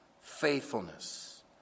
faithfulness